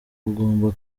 ugomba